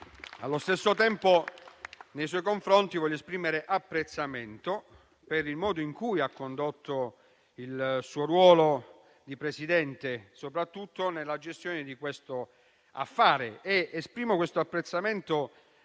Allo stesso tempo, nei suoi confronti voglio esprimere apprezzamento per il modo in cui ha condotto il suo ruolo di Presidente, soprattutto nella gestione di questo affare. Esprimo questo apprezzamento